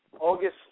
August